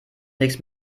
nichts